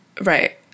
right